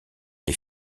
les